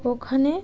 ওখানে